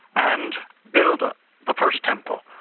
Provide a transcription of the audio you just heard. and build ah the first temple,